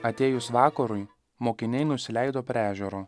atėjus vakarui mokiniai nusileido prie ežero